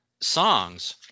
songs